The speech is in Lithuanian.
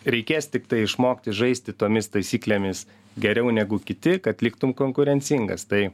reikės tiktai išmokti žaisti tomis taisyklėmis geriau negu kiti kad liktum konkurencingas tai